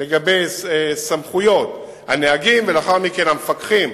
לגבי סמכויות הנהגים, ולאחר מכן המפקחים,